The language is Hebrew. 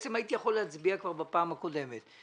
הייתי יכול להצביע כבר בפעם הקודמת.